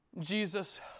Jesus